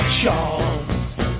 charms